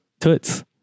Toots